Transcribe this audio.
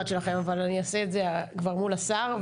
שלכם אבל אני אעשה את זה כבר מול השר.